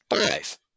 Five